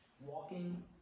walking